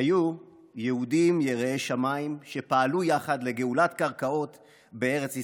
היו יהודים יראי שמיים שפעלו יחד לגאולת קרקעות בארץ ישראל.